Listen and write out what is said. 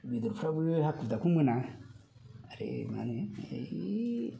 मदुफुलफ्राबो हाखु दाखु मोना आरो मा होनो ओइ